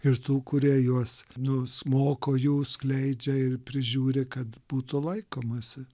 ir tų kurie juos nus moko jų skleidžia ir prižiūri kad būtų laikomasi